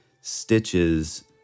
stitches